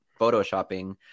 photoshopping